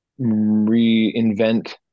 reinvent